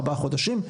ארבע חודשים,